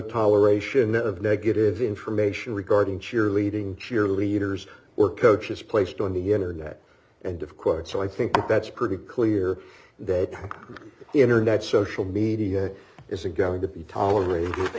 toleration of negative information regarding cheerleading cheerleaders or coaches placed on the internet and of course so i think that's pretty clear that the internet social media is a going to be tolerated